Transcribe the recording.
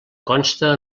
consta